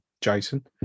jason